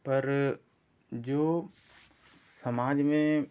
पर जो समाज में